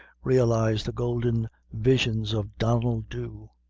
realize the golden visions of donnel dhu.